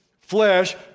flesh